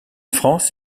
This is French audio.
france